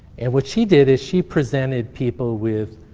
and what she did is she presented people with